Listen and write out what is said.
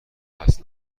اصل